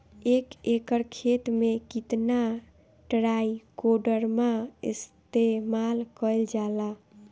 एक एकड़ खेत में कितना ट्राइकोडर्मा इस्तेमाल कईल जाला?